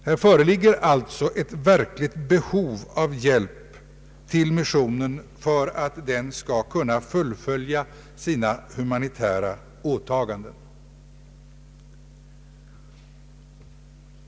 Här finns alltså ett verkligt behov av hjälp till missionen för att den skall kunna fullfölja sina humanitära åtaganden.